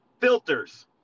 filters